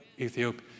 Ethiopia